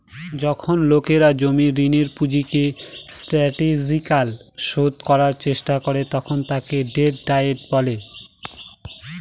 যখন লোকেরা জমির ঋণের পুঁজিকে স্ট্র্যাটেজিকালি শোধ করার চেষ্টা করে তখন তাকে ডেট ডায়েট বলে